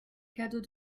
cadeaux